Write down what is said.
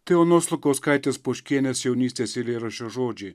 tai onos lukauskaitės poškienės jaunystės eilėraščio žodžiai